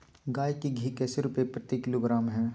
गाय का घी कैसे रुपए प्रति किलोग्राम है?